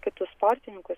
kitus sportininkus